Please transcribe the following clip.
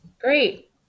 great